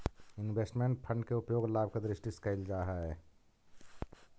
investment fund के उपयोग लाभ के दृष्टि से कईल जा हई